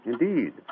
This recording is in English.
Indeed